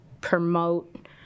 promote